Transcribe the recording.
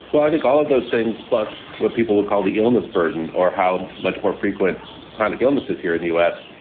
well, i think all of those things, plus what people would call the illness burden or how much more frequent chronic illnesses here in the u s.